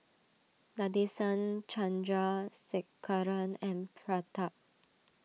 Nadesan Chandrasekaran and Pratap